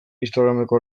instagrameko